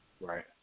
Right